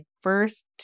first